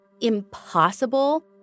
impossible